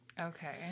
Okay